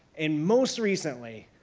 and most recently,